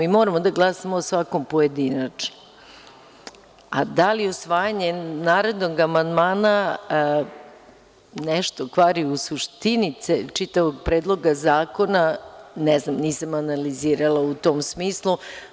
Mi moramo da glasamo o svakom pojedinačno, a da li usvajanje narednog amandmana nešto kvari u suštini čitavog Predloga zakona, ne znam, nisam analizirala u tom smislu.